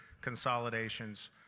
consolidations